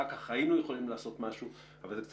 אחר כך היינו יכולים לעשות משהו,